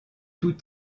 tout